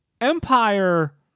empire